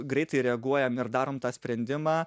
greitai reaguojam ir darom tą sprendimą